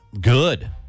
Good